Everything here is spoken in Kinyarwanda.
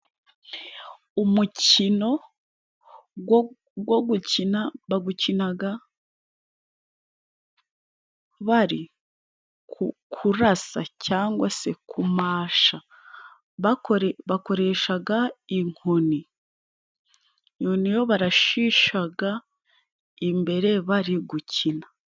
Umukino go gukina bagukinaga bari kurasa, cangwa se kumasha bakoreshaga. Inkoni iyo niyo barashishaga imbere bari gukina.